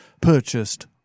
purchased